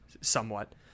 somewhat